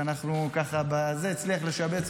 הוא הצליח לשבץ,